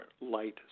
light